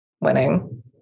winning